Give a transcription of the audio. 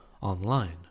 online